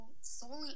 solely